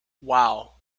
wow